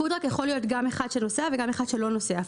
פוד-טראק יכול להיות גם אחד שנוסע וגם אחד שלא נוסע.